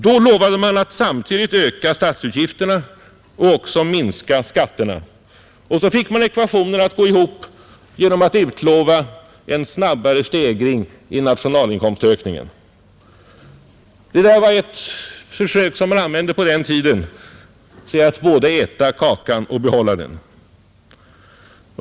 Då lovade man nämligen att samtidigt öka statsutgifterna och minska skatterna och fick ekvationen att gå ihop genom att utlova en snabbare stegring i nationalinkomstökningen. Det var ett försök att både äta kakan och behålla den.